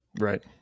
right